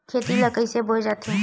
खेती ला कइसे बोय जाथे?